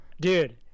Dude